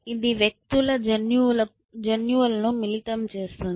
ఇది వ్యక్తుల జన్యువులను మిళితం చేస్తుంది